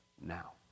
now